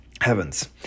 heavens